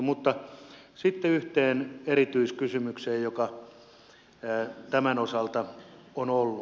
mutta sitten yhteen erityiskysymykseen joka tämän osalta on ollut